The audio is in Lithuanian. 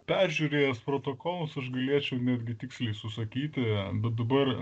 peržiūrėjęs protokolus už galėčiau netgi tiksliai susakyti bet dabar